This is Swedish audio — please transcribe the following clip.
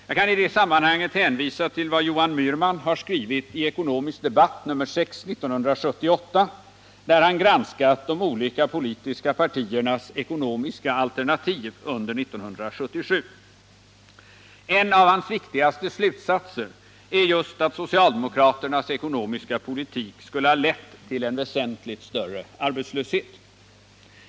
Jag kan i det sammanhanget hänvisa till vad Johan Myhrman har skrivit i Ekonomisk Debatt nr 6 1978, när han granskat de olika politiska partiernas ekonomiska alternativ under 1977. En av hans viktigaste slutsatser är just att socialdemokraternas ekonomiska politik skulle ha lett till en väsentligt större arbetslöshet.